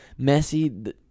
Messi